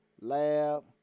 Lab